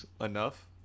Enough